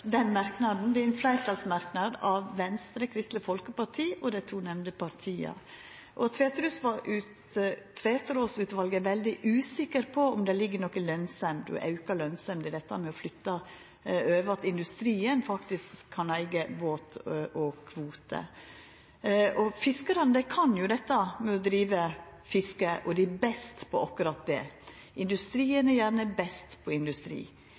den merknaden, det er ein fleirtalsmerknad frå Venstre, Kristeleg Folkeparti og dei to nemnde partia. Tveterås-utvalet er veldig usikker på om det ligg noka auka lønsemd i dette med å flytta over, slik at industrien kan eiga båt og kvote. Fiskarane kan jo dette med å driva fiske, dei er best på akkurat det. Industrien er gjerne best på industri.